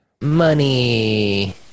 Money